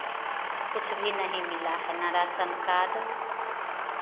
कुछ भी नहीं मिला है ना राशन कार्ड